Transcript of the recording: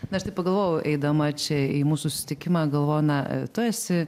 na aš tai pagalvojau eidama čia į mūsų susitikimą galvoju na tu esi